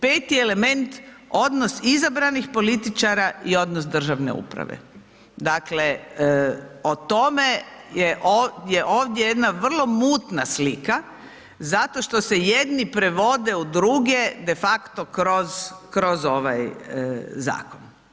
Peti element odnos izabranih političara i odnos državne uprave, dakle, o tome je ovdje jedna vrlo mutna slika zato što se jedni prevode u druge defakto kroz ovaj zakon.